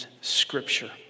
Scripture